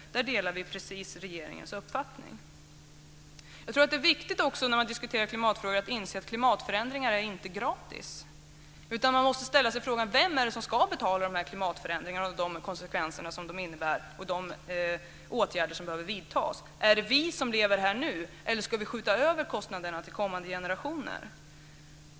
Där delar vi regeringens uppfattning helt och hållet. Jag tror att det är viktigt att inse att klimatförändringar inte är gratis. Man måste ställa sig frågan vem det är som ska betala för de åtgärder som behöver vidtas som en konsekvens av klimatförändringarna. Är det vi som lever nu, eller ska vi skjuta över kostnaderna till kommande generationer?